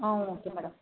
ah okay madam